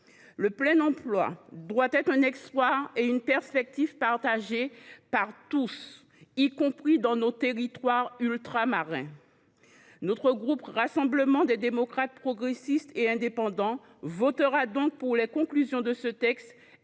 Le plein emploi doit être un espoir et une perspective partagés par tous, y compris dans nos territoires ultramarins. Notre groupe Rassemblement des démocrates, progressistes et indépendants votera donc pour les conclusions de cette